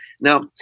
Now